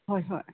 ꯍꯣꯏ ꯍꯣꯏ